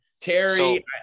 Terry